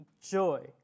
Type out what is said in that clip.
joy